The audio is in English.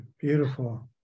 beautiful